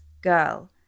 girl